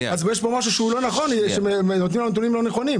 אתם נותנים לנו נתונים לא נכונים.